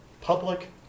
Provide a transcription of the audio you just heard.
public